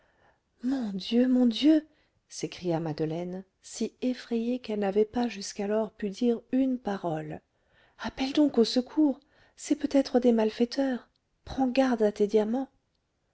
mon dieu mon dieu s'écria madeleine si effrayée qu'elle n'avait pas jusqu'alors pu dire une parole appelle donc au secours c'est peut-être des malfaiteurs prends garde à tes diamants